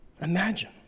Imagine